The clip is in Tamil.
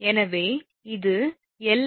எனவே இது 𝐿𝑎𝑣𝑔